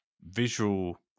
visual